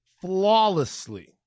flawlessly